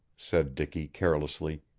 said dicky carelessly.